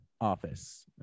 office